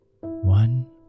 one